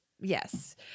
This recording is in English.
Yes